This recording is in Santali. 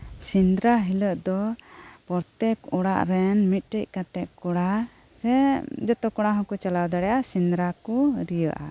ᱥᱤᱸᱫᱨᱟ ᱦᱤᱞᱟᱹᱜ ᱫᱚ ᱯᱨᱚᱛᱮᱠ ᱚᱲᱟᱜ ᱨᱮᱱ ᱢᱤᱫᱴᱮᱡ ᱠᱟᱛᱮᱜ ᱠᱚᱲᱟ ᱥᱮ ᱡᱚᱛᱚ ᱠᱚᱲᱟ ᱦᱩᱠᱩ ᱪᱟᱞᱟᱣ ᱫᱟᱲᱮᱜᱼᱟ ᱥᱤᱸᱫᱨᱟᱠᱩ ᱨᱤᱭᱟᱹᱜᱼᱟ